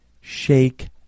shake